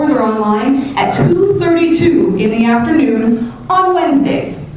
are online at two thirty two in the afternoon on wednesdays.